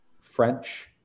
French